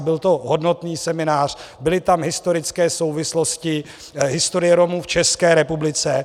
Byl to hodnotný seminář, byly tam historické souvislosti, historie Romů v České republice.